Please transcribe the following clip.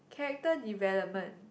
character development